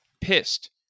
pissed